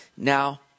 Now